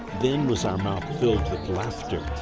then was our mouth filled with laughter,